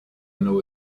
know